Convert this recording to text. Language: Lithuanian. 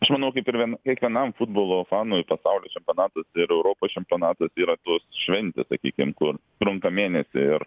aš manau kaip ir vien kiekvienam futbolo fanui pasaulio čempionatas ir europos čempionatas yra tos šventė sakykim kur trunka mėnesį ir